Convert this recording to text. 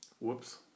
Whoops